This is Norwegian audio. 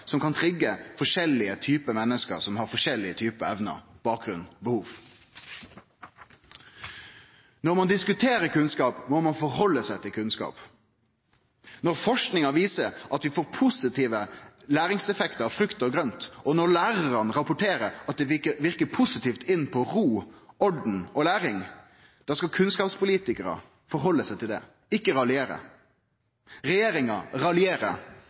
som kan trigge forskjellige typar menneske med forskjellige typar evner, bakgrunn og behov. Når ein diskuterer kunnskap, må ein halde seg til kunnskap. Når forskinga viser at vi får positive læringseffektar av frukt og grønt, og når lærarar rapporterer at det verkar positivt inn på ro, orden og læring, skal kunnskapspolitikarar halde seg til det og ikkje raljere. Regjeringa